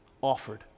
offered